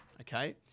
Okay